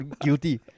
guilty